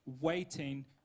waiting